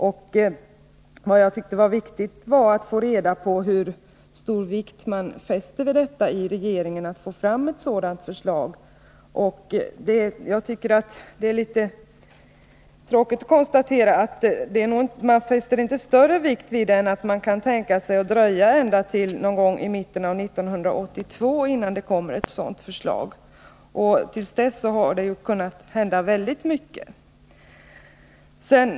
Enligt min mening är det viktigt att få reda på hur stor vikt man i regeringen fäster vid att få fram ett sådant förslag. Det är litet tråkigt att behöva konstatera att man inte fäster större vikt vid det än att man kan tänka sig att dröja ända till någon gång i mitten av 1982 med att lägga fram ett sådant förslag. Till dess kan väldigt mycket hinna hända.